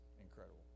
incredible